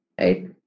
Right